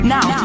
Now